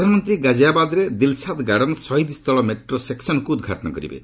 ପ୍ରଧାନମନ୍ତ୍ରୀ ଗାଜିଆବାଦ୍ରେ Dilshad garden Shaheed Sthal metro ସେକ୍ସନ୍କୁ ଉଦ୍ଘାଟନ କରିବେ